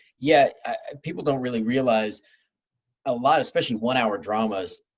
yeah and people don't really realize a lot, especially one hour dramas,